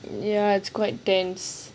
ya it's quite intense